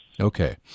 Okay